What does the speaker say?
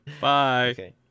Bye